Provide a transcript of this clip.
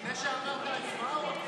לפני שאמרת "הצבעה" או אחרי?